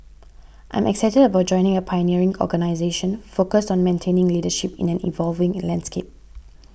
I'm excited about joining a pioneering organisation focused on maintaining leadership in an evolving landscape